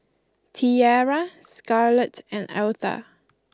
Tiera Scarlett and Altha